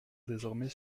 désormais